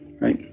right